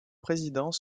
président